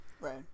Right